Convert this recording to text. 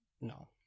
No